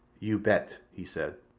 you bat, he said.